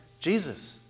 Jesus